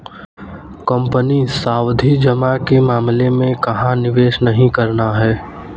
Company सावधि जमा के मामले में कहाँ निवेश नहीं करना है?